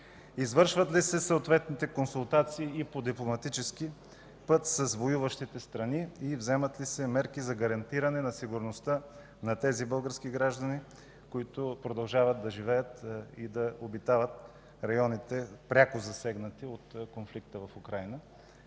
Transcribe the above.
Извършват ли се съответните консултации по дипломатически път с воюващите страни и вземат ли се мерки за гарантиране сигурността на тези български граждани, които продължават да живеят и обитават районите, пряко засегнати от конфликта в Украйна?